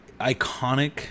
iconic